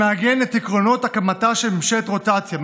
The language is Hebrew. שמעגן את עקרונות הקמתה של ממשלת רוטציה,